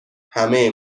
همه